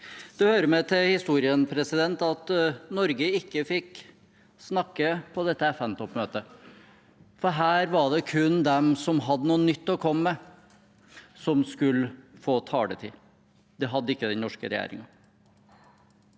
Det hører med til historien at Norge ikke fikk snakke på dette FN-toppmøtet. Her var det kun dem som hadde noe nytt å komme med, som skulle få taletid. Det hadde ikke den norske regjeringen.